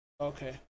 Okay